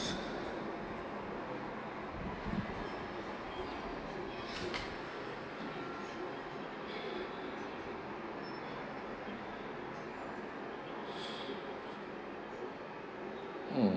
mm